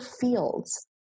fields